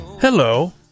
Hello